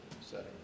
setting